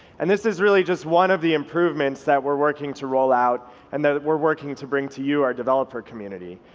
and this is really just one of the improvements that we're working to roll out and that we're working to bring to you, our developer community.